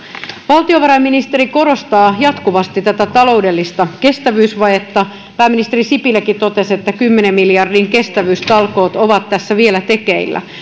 valtiovarainministeri korostaa jatkuvasti tätä taloudellista kestävyysvajetta pääministeri sipiläkin totesi että kymmenen miljardin kestävyystalkoot ovat tässä vielä tekeillä